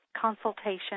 consultation